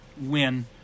win